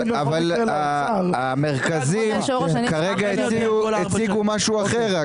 המרכזים כרגע הציגו משהו אחר.